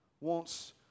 wants